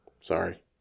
Sorry